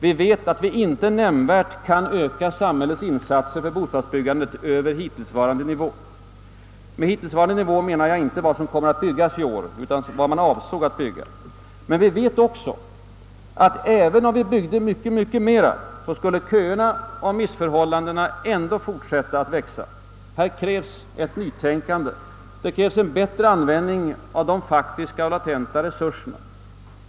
Vi vet att vi inte nämnvärt kan öka samhällets insatser för bostadsbyggandet över hittillsvarande nivå. Med hittillsvarande nivå menar jag inte vad som kommer att byggas i år utan vad man avsåg att bygga. Men vi vet också att även om vi byggde mycket, mycket mera skulle köerna och missförhållandena fortsätta att växa. Här krävs ett nytänkande. Det krävs en bättre användning av de faktiska och latenta resurserna.